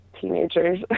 teenagers